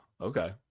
Okay